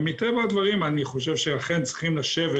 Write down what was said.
ומטבע הדברים אני חושב שאכן צריכים לשבת